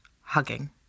hugging